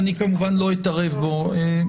אני כמובן לא אתערב בו.